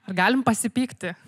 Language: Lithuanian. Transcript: ar galim pasipykti